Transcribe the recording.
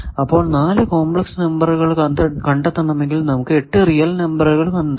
അപ്പോൾ 4 complex number കണ്ടെത്തണമെങ്കിൽ നമുക്ക് 8 റിയൽ നമ്പർ കണ്ടെത്തണം